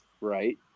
right